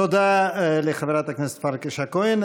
תודה, חברת הכנסת פרקש-הכהן.